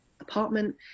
apartment